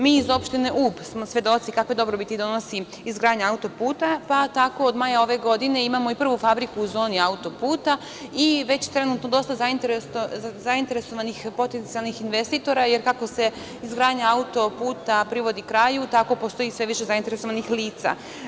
Mi iz opštine Ub smo svedoci, kakve dobrobiti donosi izgradnja autoputa, pa tako od maja ove godine imamo i prvu fabriku u zoni autoputa i već trenutno dosta zainteresovanih potencijalnih investitora, jer kako se izgradnja autoputa privodi kraju tako postoji sve više zainteresovanih lica.